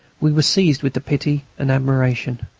we were seized with pity and admiration.